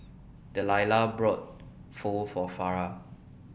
Dellia bought Pho For Farrah